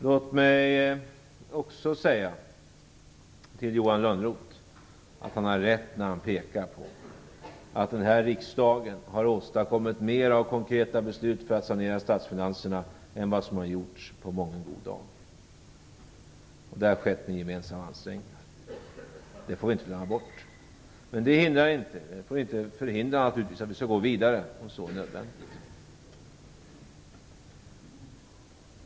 Låt mig också säga till Johan Lönnroth att han har rätt när han pekar på att denna riksdag har åstadkommit mer av konkreta beslut för att sanera statsfinanserna än vad som har gjorts på mången god dag. Det har skett med gemensamma ansträngningar - det får vi inte glömma. Men det får naturligtvis inte förhindra att vi går vidare om så är nödvändigt.